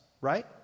right